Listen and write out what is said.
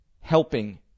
helping